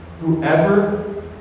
whoever